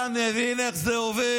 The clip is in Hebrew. אתה מבין איך זה עובד?